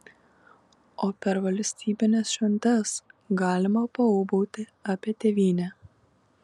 o per valstybines šventes galima paūbauti apie tėvynę